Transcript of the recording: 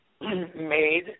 made